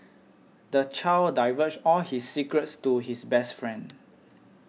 the child divulged all his secrets to his best friend